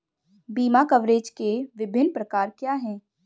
बीमा कवरेज के विभिन्न प्रकार क्या हैं?